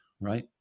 right